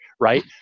right